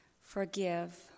Forgive